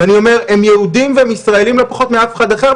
הם יהודיים והם ישראליים לא פחות מאף אחד אחר,